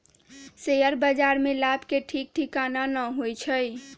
share बाजार में लाभ के ठीक ठिकाना न होइ छइ